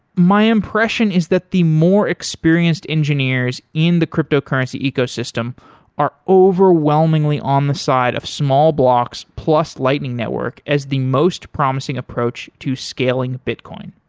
my impression is that the more experienced engineers in the cryptocurrency ecosystem are overwhelmingly on the side of small blocks, plus lightning network as the most promising approach to scaling bitcoin.